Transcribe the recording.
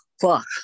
fuck